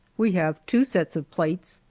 we have two sets of plates,